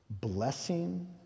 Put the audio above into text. Blessing